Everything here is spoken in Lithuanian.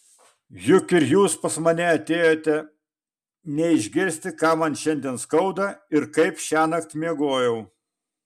juk ir jūs pas mane atėjote ne išgirsti ką man šiandien skauda ir kaip šiąnakt miegojau